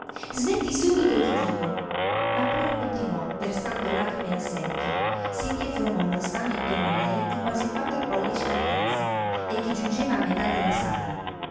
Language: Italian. smetti subito ti dico ma pure continuò versando lagrime a secchie sinchè formò uno stagno intorno a lei di quasi quattro pollici d'altezza e che giungeva a metà della sala